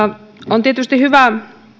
on tietysti hyvä